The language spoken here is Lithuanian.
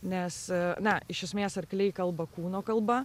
nes na iš esmės arkliai kalba kūno kalba